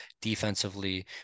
defensively